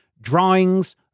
drawings